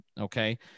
Okay